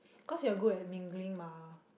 cause you're good at mingling mah